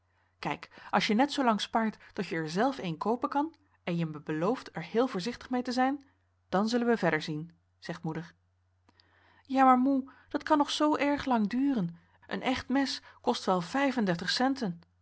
kijk als je net zoo lang spaart tot je er zelf een koopen kan en je me belooft er heel voorzichtig mee te zijn dan zullen we verder zien zegt moeder ja maar moe dat kan nog zoo erg lang duren een echt mes kost wel vijfendertig centen